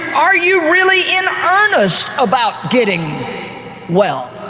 are you really in earnest about getting well?